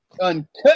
Uncut